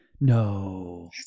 No